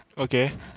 okay